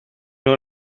nhw